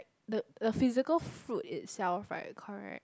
the the physical fruit itself right correct